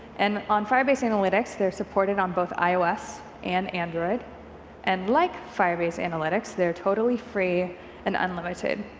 and on firebase analytics they're supported on both ios and android and like firebase analytics they're totally free and unlimited,